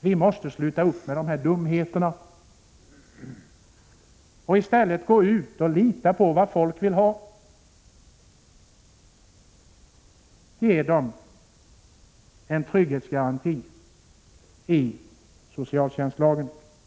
Vi måste sluta upp med de här dumheterna och i stället lita på vad folk vill ha och ge dem en trygghetsgaranti i socialtjänstlagen.